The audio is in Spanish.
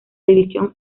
división